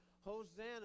Hosanna